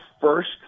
first